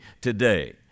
today